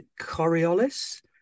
Coriolis